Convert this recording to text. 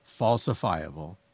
falsifiable